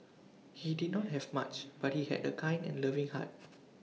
he did not have much but he had A kind and loving heart